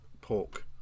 pork